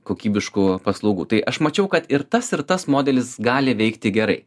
kokybiškų paslaugų tai aš mačiau kad ir tas ir tas modelis gali veikti gerai